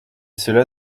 cela